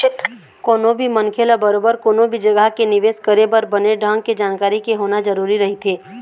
कोनो भी मनखे ल बरोबर कोनो भी जघा के निवेश करे बर बने ढंग के जानकारी के होना जरुरी रहिथे